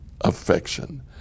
affection